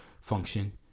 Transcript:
function